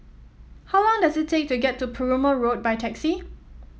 how long does it take to get to Perumal Road by taxi